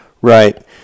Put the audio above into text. Right